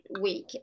week